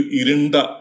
irinda